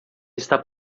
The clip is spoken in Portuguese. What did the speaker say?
está